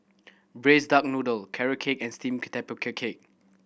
Braised Duck Noodle Carrot Cake and steamed tapioca cake